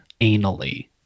anally